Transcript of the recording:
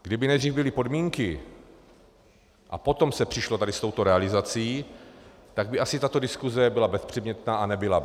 Kdyby nejdřív byly podmínky a potom se přišlo s touto realizací, tak by asi tato diskuze byla bezpředmětná a nebyla by.